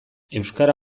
euskara